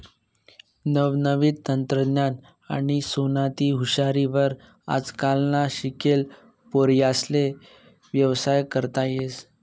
नवनवीन तंत्रज्ञान आणि सोतानी हुशारी वर आजकालना शिकेल पोर्यास्ले व्यवसाय करता येस